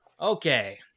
Okay